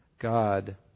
God